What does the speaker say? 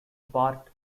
part